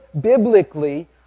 biblically